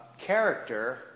character